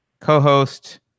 co-host